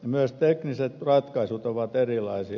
myös tekniset ratkaisut ovat erilaisia